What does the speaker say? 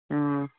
ꯑꯣ